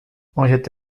henriette